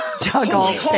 juggle